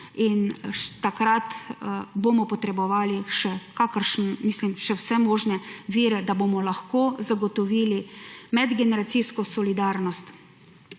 Takrat bomo potrebovali še vse možne vire, da bomo lahko zagotovili medgeneracijsko solidarnost.